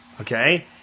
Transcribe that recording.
Okay